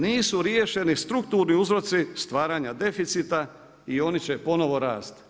Nisu riješeni strukturni uzroci stvaranja deficita i oni će ponovno rasti.